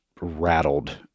rattled